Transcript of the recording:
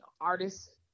artists